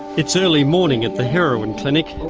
it's early morning at the heroin clinic,